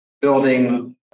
building